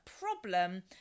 problem